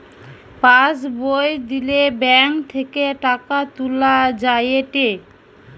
pass বই দিলে bank থেকে টাকা তুলা যায়েটে